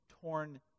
torn